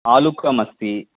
आलुकमस्ति